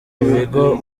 bigo